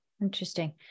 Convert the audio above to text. interesting